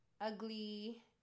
ugly